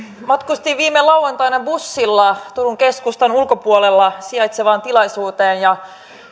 matkustin viime lauantaina bussilla turun keskustan ulkopuolella sijaitsevaan tilaisuuteen ja